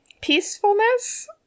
Peacefulness